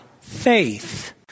faith